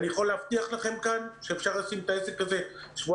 אני יכול להבטיח לכם כאן שאפשר לשים את העסק הזה מאחורינו